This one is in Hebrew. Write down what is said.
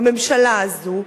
הממשלה הזאת,